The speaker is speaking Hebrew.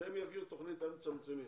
שהם יעבירו תוכנית שאומרת איך מצמצמים.